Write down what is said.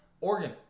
Oregon